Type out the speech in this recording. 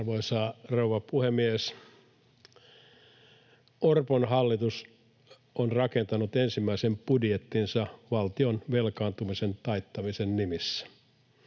Arvoisa rouva puhemies! Orpon hallitus on rakentanut ensimmäisen budjettinsa valtion velkaantumisen taittamisen nimissä.